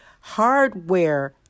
hardware